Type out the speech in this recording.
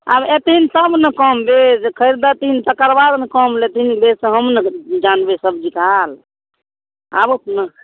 आब अएथिन तब ने कम बेस जे खरिदथिन तकर बाद ने कम लेथिन बेस हम नहि जानबै सब्जीके हाल आबथु ने